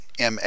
MA